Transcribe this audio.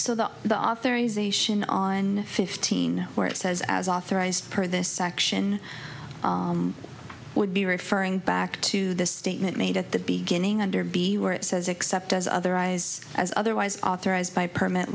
so that the authorization on fifteen where it says as authorized per this section would be referring back to the statement made at the beginning under b where it says except as otherwise as otherwise authorized by permit